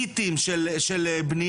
קיטים של בנייה.